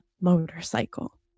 motorcycle